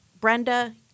Brenda